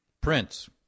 Prince